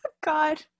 God